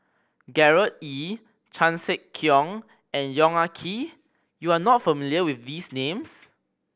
Gerard Ee Chan Sek Keong and Yong Ah Kee you are not familiar with these names